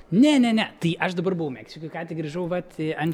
ne ne ne tai aš dabar buvau meksikoj ką tik grįžau vat ant